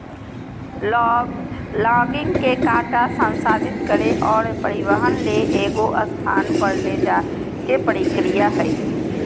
logging के काटा संसाधित करे और परिवहन ले एगो स्थान पर ले जाय के प्रक्रिया हइ